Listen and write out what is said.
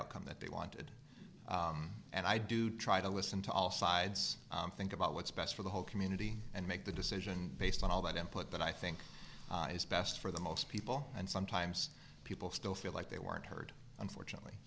outcome that they wanted and i do try to listen to all sides and think about what's best for the whole community and make the decision based on all the template that i think is best for the most people and sometimes people still feel like they weren't heard unfortunately